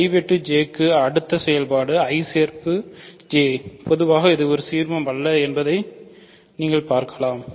I வெட்டு J க்கு அடுத்த செயல்பாடு I சேர்ப்பு J பொதுவாக ஒரு சீர்மம் அல்ல என்பதை நீங்கள் பார்க்கலாம்